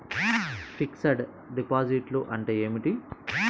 Fixed డిపాజిట్లు అంటే ఏమిటి?